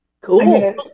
cool